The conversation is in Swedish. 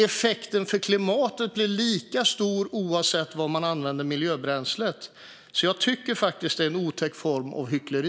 Effekten för klimatet blir lika stor oavsett var man använder miljöbränslet, så jag tycker faktiskt att det är en otäck form av hyckleri.